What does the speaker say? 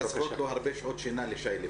נראה שחסרות לי הרבה שעות שינה לשי...